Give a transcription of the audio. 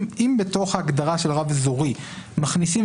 אם בתוך ההגדרה של רב אזורי מכניסים,